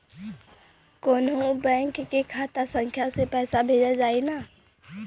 कौन्हू बैंक के खाता संख्या से पैसा भेजा जाई न?